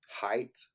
height